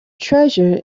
treasure